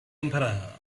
emperor